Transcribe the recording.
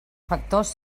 factors